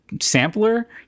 Sampler